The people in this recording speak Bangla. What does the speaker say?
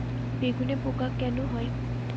বেগুনে পোকা কেন হয়?